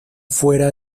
fuera